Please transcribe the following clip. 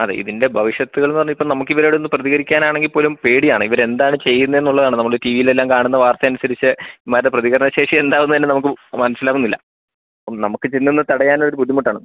അതെ ഇതിൻ്റെ ഭവിഷ്യത്തുകൾ എന്ന് പറഞ്ഞാൽ നമുക്ക് ഇവരോട് ഒന്ന് പ്രതികരിക്കാൻ ആണെങ്കിൽ പോലും പേടിയാണ് ഇവരെന്താണ് ചെയ്യുന്നത് എന്നുള്ളതാണ് നമ്മൾ ടിവിയിൽ എല്ലാം കാണുന്ന വർത്തയനുസരിച്ച് ഇവന്മാരുടെ പ്രതികരണശേഷി എന്താകുന്നു എന്ന് നമുക്ക് മനസിലാവുന്നില്ല അപ്പം നമുക്ക് ചെന്ന് ഒന്ന് തടയാനൊരു ബുദ്ധിമുട്ടാണ്